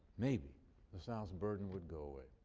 maybe the south's burden would go away.